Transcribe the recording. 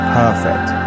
perfect